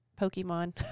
Pokemon